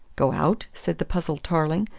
go out? said the puzzled tarling.